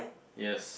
yes